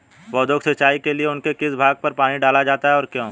पौधों की सिंचाई के लिए उनके किस भाग पर पानी डाला जाता है और क्यों?